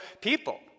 people